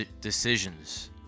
decisions